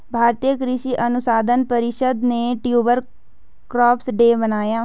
भारतीय कृषि अनुसंधान परिषद ने ट्यूबर क्रॉप्स डे मनाया